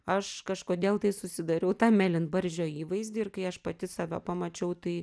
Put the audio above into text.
aš kažkodėl tai susidariau tą mėlynbarzdžio įvaizdį ir kai aš pati save pamačiau tai